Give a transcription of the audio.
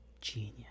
genius